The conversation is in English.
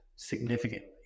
Significantly